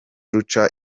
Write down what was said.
ruca